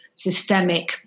systemic